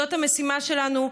זאת המשימה שלנו.